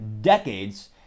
decades